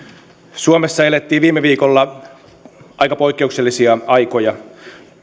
suomessa elettiin viime viikolla aika poikkeuksellisia aikoja